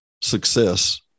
success